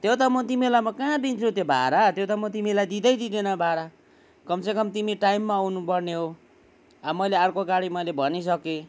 त्यो त म तिमीलाई म कहाँ दिन्छु त्यो भाडा त्यो त म तिमीलाई दिँदै दिँदैन भाडा कम से कम तिमी टाइममा आउनु पर्ने हो मैले अर्को गाडी मैले भनी सके